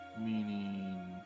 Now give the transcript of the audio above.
Meaning